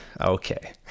Okay